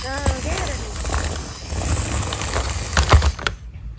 अं केह् करानी